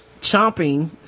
chomping